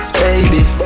baby